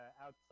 outside